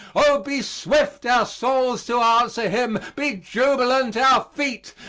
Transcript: oh, be swift our souls to answer him, be jubilant our feet,